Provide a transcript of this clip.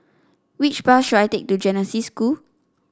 which bus should I take to Genesis School